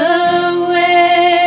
away